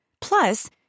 Plus